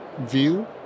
view